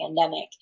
pandemic